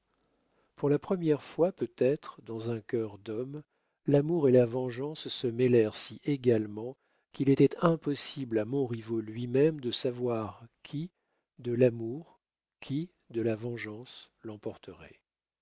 pour la première fois peut-être dans un cœur d'homme l'amour et la vengeance se mêlèrent si également qu'il était impossible à montriveau lui-même de savoir qui de l'amour qui de la vengeance